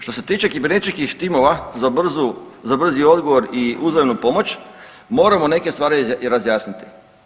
Što se tiče kibernetičkih timova za brzi odgovor i uzajamnu pomoć moramo neke stvari i razjasniti.